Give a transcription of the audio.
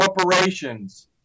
corporations